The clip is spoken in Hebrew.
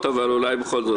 מעצרים) (הוראת שעה,